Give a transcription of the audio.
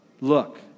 look